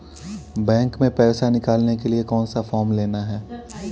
Bank में पैसा निकालने के लिए कौन सा फॉर्म लेना है?